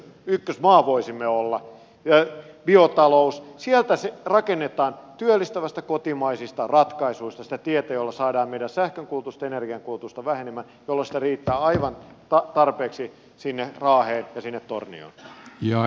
me voisimme olla esimerkiksi taajuusmuuntajien ykkösmaa biotalous sieltä rakennetaan työllistävistä kotimaisista ratkaisuista sitä tietä jolla saadaan meidän sähkönkulutusta ja energiankulutusta vähenemään jolloin sitä riittää aivan tarpeeksi sinne raaheen ja sinne tornioon